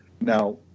Now